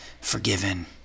forgiven